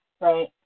right